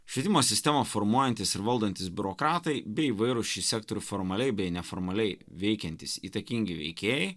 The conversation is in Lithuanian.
švietimo sistemą formuojantys ir valdantys biurokratai bei įvairūs šį sektorių formaliai bei neformaliai veikiantys įtakingi veikėjai